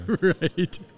Right